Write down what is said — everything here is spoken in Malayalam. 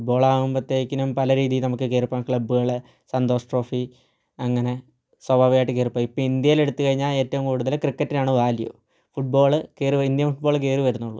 ഫുട്ബോളാകുമ്പൊത്തേക്കിനും പല രീതിയിൽ നമുക്ക് കയറിപ്പോവാം ഇപ്പോൾ ക്ലബ്ബുകൾ സന്തോഷ് ട്രോഫി അങ്ങനെ സ്വാഭാവികമായിട്ടും കയറിപ്പോവാം ഇപ്പോൾ ഇന്ത്യയിൽ എടുത്തുകഴിഞ്ഞാൽ ഏറ്റവും കൂടുതൽ ക്രിക്കറ്റിനാണ് വാല്യൂ ഫുട്ബോള് ഇന്ത്യൻ ഫുട്ബോള് കയറി വരുന്നോള്ളു